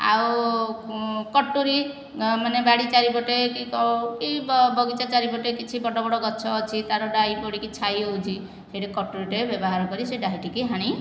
ଆଉ କଟୁରୀ ମାନେ ବାଡ଼ି ଚାରିପଟେ କି କି ବଗିଚା ଚାରିପଟେ କିଛି ବଡ଼ ବଡ଼ ଗଛ ଅଛି ତାର ଡାହି ପଡ଼ିକି ଛାଇ ହେଉଛି ସେଠି କଟୁରୀ ଟେ ବ୍ୟବହାର କରି ସେହି ଡାହିଟିକୁ ହାଣି